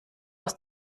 aus